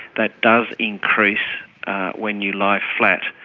that does increase when you lie flat.